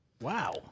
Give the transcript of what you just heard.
wow